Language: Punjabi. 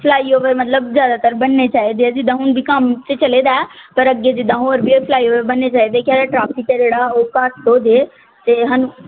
ਫਲਾਈ ਓਵਰ ਮਤਲਬ ਜ਼ਿਆਦਾਤਰ ਬਣਨੇ ਚਾਹੀਦੇ ਆ ਜਿੱਦਾਂ ਹੁਣ ਵੀ ਕੰਮ 'ਤੇ ਚੱਲੀ ਦਾ ਪਰ ਅੱਗੇ ਜਿੱਦਾਂ ਹੋਰ ਵੀ ਫਲਾਈ ਓਵਰ ਬਣਨੇ ਚਾਹੀਦੇ ਦੇਖਿਆ ਜਾਵੇ ਟਰੈਫਿਕ ਆ ਜਿਹੜਾ ਉਹ ਘੱਟ ਹੋ ਜਾਵੇ ਅਤੇ ਸਾਨੂੰ